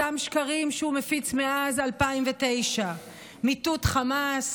אותם שקרים שהוא מפיץ מאז 2009: מיטוט חמאס,